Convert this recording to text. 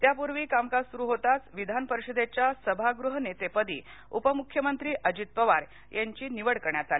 त्यापूर्वी कामकाज सुरू होताच विधानपरिषदेच्या सभागृहनेतेपदी उपमुख्यमंत्री अजित पवार यांची निवड करण्यात आली